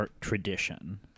tradition